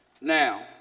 Now